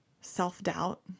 Self-doubt